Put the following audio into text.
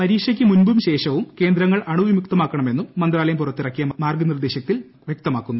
പരീക്ഷക്ക് മുമ്പും ശേഷവും കേന്ദ്രങ്ങൾ അണുവിമുക്തമാക്കണമെന്നും മന്ത്രാലയം പുറത്തിറക്കിയ മാർഗ്ഗനിർദ്ദേശത്തിൽ വൃക്തമാക്കുന്നു